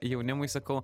jaunimui sakau